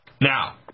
Now